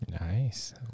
Nice